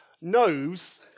knows